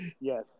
yes